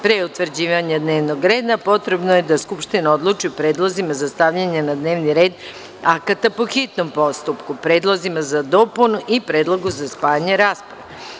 Pre utvrđivanja dnevnog reda, potrebno je da Skupština odluči o predlozima za stavljanje na dnevni red akata po hitnom postupku, predlozima za dopunu i predlogu za spajanje rasprave.